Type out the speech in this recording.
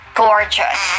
gorgeous